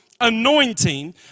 anointing